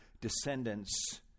descendants